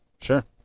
sure